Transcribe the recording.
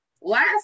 last